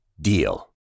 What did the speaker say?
DEAL